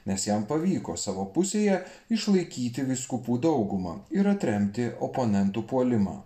nes jam pavyko savo pusėje išlaikyti vyskupų daugumą ir atremti oponentų puolimą